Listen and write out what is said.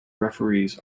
referees